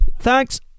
Thanks